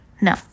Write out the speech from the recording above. No